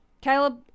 Caleb